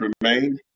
remain